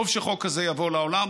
טוב שחוק כזה יבוא לעולם,